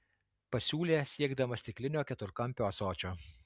pasiūlė siekdamas stiklinio keturkampio ąsočio